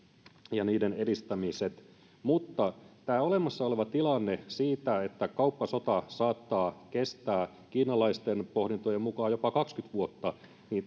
ja niiden edistämiset mutta tämä olemassa oleva tilanne että kauppasota saattaa kestää kiinalaisten pohdintojen mukaan jopa kaksikymmentä vuotta